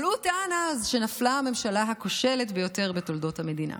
אבל הוא טען אז שנפלה הממשלה הכושלת ביותר בתולדות המדינה.